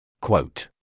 Quote